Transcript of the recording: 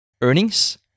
earnings